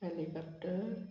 helicopter